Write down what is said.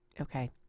Okay